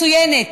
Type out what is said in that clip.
היא מצוינת,